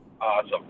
Awesome